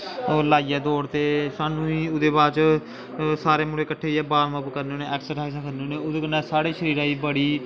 ओह् लाइयै दौड़ ते सानूं गी ओह्दे बाद च सारे मुड़े कट्ठे होइयै बार्मअप करने होन्ने ऐक्सरसाइज करने होन्ने ओह्दे कन्नै साढ़े शरीरै गी बड़ी